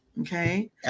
Okay